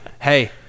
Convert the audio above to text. hey